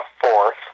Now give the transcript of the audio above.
fourth